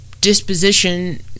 disposition